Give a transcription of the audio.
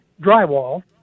drywall